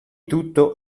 tutto